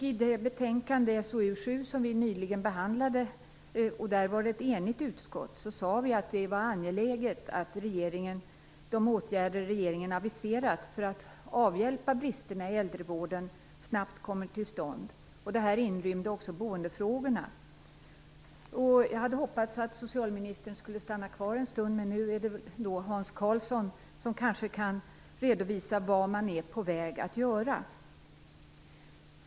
I det betänkande, SoU 7, som vi nyligen behandlade - och då var utskottet enigt - sade vi att det är angeläget att de åtgärder regeringen aviserat för att avhjälpa bristerna i äldrevården snabbt kommer till stånd. Det inrymde också boendefrågorna. Jag hade hoppats att socialministern skulle stanna kvar en stund, men nu är det väl Hans Karlsson som får redovisa vad man är på väg att göra.